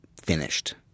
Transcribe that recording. finished